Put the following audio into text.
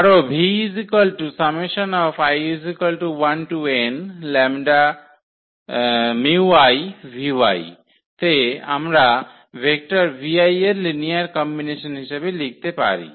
আরও তে আমরা ভেক্টর vi এর লিনিয়ার কম্বিনেশন হিসাবে লিখতে পারি